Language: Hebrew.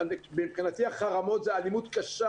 מבחינתי החרמות הן אלימות קשה